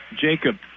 Jacob